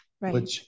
right